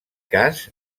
cas